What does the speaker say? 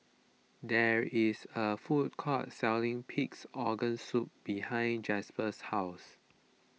there is a food court selling Pig's Organ Soup behind Jasper's house